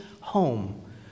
home